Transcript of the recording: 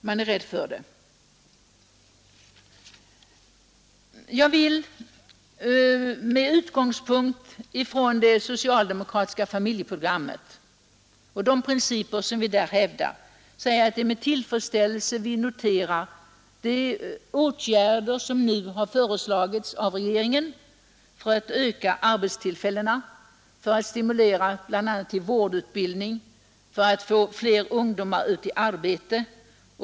Jag är rädd för att det är så Med utgångspunkt i det socialdemokratiska familjepolitiska programmet och de principer som vi där hävdar vill jag säga att det är med tillfredsställelse vi noterar de åtgärder som nu har föreslagits av regeringen för att öka arbetstillfällena, för att stimulera bl.a. till vårdutbildning och få fler ungdomar ut i arbete.